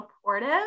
supportive